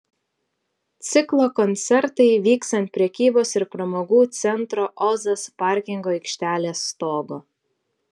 ciklo koncertai vyks ant prekybos ir pramogų centro ozas parkingo aikštelės stogo